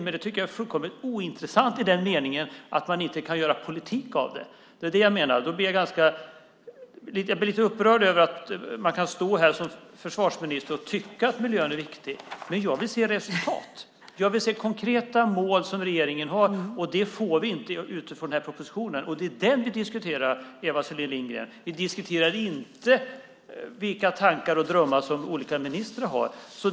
Jag tycker att det är fullkomligt ointressant i den meningen att man inte kan göra politik av det. Det är det jag menar. Jag blir lite upprörd över att man kan stå här som försvarsminister och tycka att miljön är viktig. Jag vill se resultat. Jag vill se konkreta mål som regeringen har. Det får vi inte utifrån den här propositionen, och det är den vi diskuterar, Eva Selin Lindgren. Vi diskuterar inte vilka tankar och drömmar olika ministrar har.